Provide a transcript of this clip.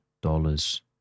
dollars